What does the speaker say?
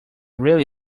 really